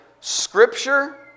Scripture